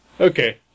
Okay